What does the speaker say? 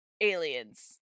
aliens